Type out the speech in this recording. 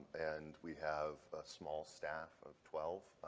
and we have a small staff of twelve.